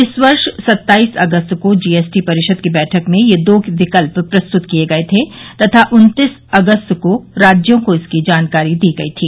इस वर्ष सत्ताईस अगस्त को जीएसटी परिषद की बैठक में ये दो विकल्प प्रस्तुत किए गए थे तथा उन्तीस अगस्त को राज्यों को इसकी जानकारी दी गई थी